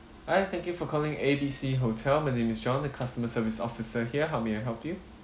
hi thank you for calling A B C hotel my name is john the customer service officer here how may I help you